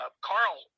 Carl